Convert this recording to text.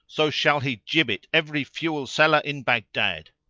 so shall he gibbet every fuel seller in baghdad.